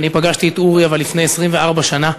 אבל אני פגשתי את אורי לפני 24 שנה,